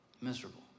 Miserable